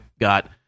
got